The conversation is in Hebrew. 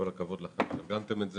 כל הכבוד לכם שארגנתם את זה.